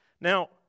Now